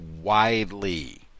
widely